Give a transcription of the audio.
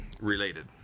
related